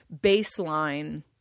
baseline